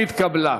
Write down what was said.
נתקבלה.